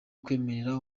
kwemerera